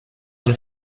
than